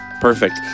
Perfect